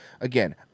again